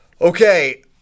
Okay